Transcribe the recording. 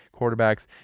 quarterbacks